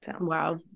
Wow